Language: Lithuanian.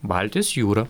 baltijos jūra